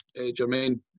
Jermaine